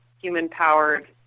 human-powered